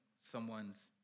someone's